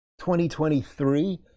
2023